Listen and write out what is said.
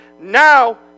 Now